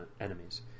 enemies